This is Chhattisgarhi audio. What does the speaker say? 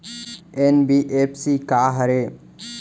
एन.बी.एफ.सी का हरे?